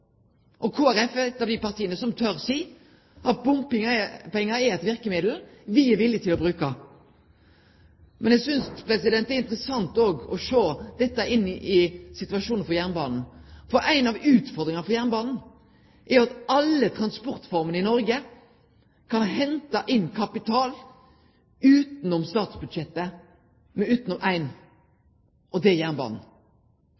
og Kristeleg Folkeparti er eit av dei partia som tør å seie at bompengar er eit verkemiddel me er villige til å bruke. Men eg synest det er interessant òg å sjå dette i samanheng med situasjonen for jernbanen. Ei av utfordringane for jernbanen er at alle transportformene i Noreg kan hente inn kapital utanfor statsbudsjettet,